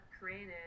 created